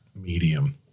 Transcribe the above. medium